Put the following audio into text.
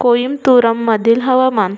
कोईमतुरमधील हवामान